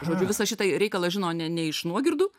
žodžiu visą šitą reikalą žino ne iš nuogirdų